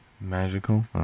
magical